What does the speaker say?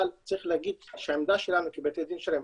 אבל צריך להגיד שהעמדה שלנו כבתי הדין השרעיים,